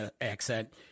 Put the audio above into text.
accent